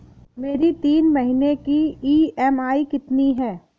मेरी तीन महीने की ईएमआई कितनी है?